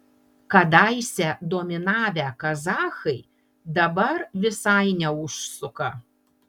kadaise dominavę kazachai dabar visai neužsuka